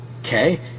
okay